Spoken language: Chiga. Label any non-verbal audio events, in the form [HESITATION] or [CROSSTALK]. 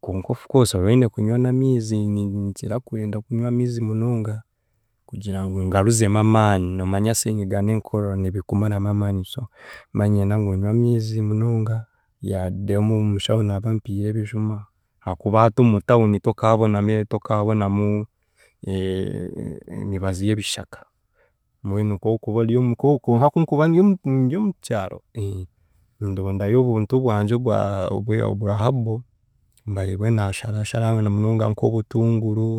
Konka ofcourse noine kunywa n'amiizi ninkira kwenda kunywa amiizi munonga kugira ngu ngaruzemu amaani, noomanya senyiga n'enkorora nibikumaramu amaani so nimba niinyenda ngu nywe amiizi munonga yade omu- omushaho naaba ampire ebijuma ahaakuba hati omu town, tukaaboname tokaabonamu [HESITATION] emibazi y'ebishaka mbwenu kookuba oryemu konka kunkuba ndyomu ndyomukyaro ndondayo obuntu bwangye obwa obwe obwa herbal mbaribwe naasharaashara na munonga nk'obutunguru,